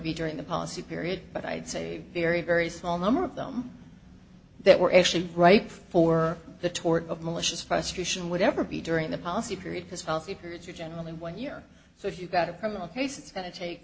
be during the policy period but i'd say very very small number of them that were actually right for the tort of malicious prosecution would ever be during the policy period because healthy periods are generally in one year so if you've got a criminal case it's going t